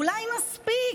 אולי מספיק?